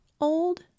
old